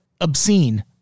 obscene